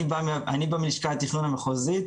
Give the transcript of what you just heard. אני בא מלשכת התכנון המחוזית,